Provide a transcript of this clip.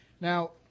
Now